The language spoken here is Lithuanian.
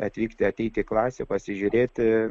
atvykti ateiti į klasę pasižiūrėti